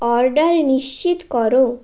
order নিশ্চিত করো